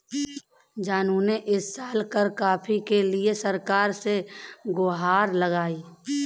जानू ने इस साल कर माफी के लिए सरकार से गुहार लगाई